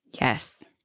Yes